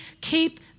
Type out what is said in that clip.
keep